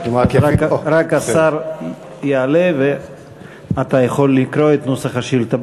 רק השר יעלה, ואתה יכול לקרוא את נוסח השאילתה.